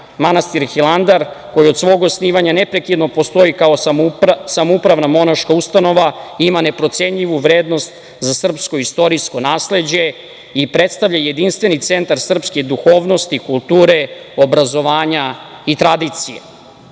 Manastir Hilandar koji od svog osnivanja neprekidno postoji kao samoupravna monaška ustanova i ima neprocenjivu vrednost za srpsko istorijsko nasleđe i predstavlja jedinstveni centar srpske duhovnosti, kulture, obrazovanja i tradicije.U